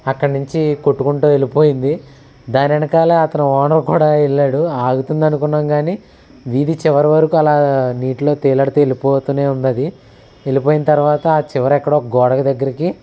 అక్కడి నించి కొట్టుకుంటూ వెళ్ళిపోయింది దాని ఎనకాల అతను ఓనరు కూడా ఎళ్ళాడు ఆగుతుంది అనుకున్నాం కానీ వీధి చివరి వరకు అలా నీటిలో తేలాడుతూ వెళ్ళిపోతూనే ఉందది వెళ్ళిపోయిన తర్వాత ఆ చివర ఎక్కడో గోడకి దగ్గరికి